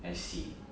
I see